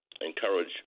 encourage